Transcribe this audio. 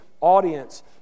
audience